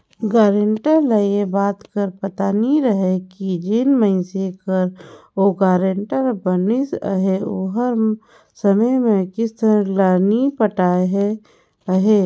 guarantor ल ए बात कर पता नी रहें कि जेन मइनसे कर ओ गारंटर बनिस अहे ओहर समे उपर किस्त ल नी पटात अहे